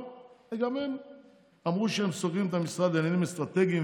אבל גם הם אמרו שהם סוגרים את המשרד לעניינים אסטרטגיים,